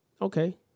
okay